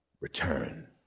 Return